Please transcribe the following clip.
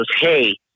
hey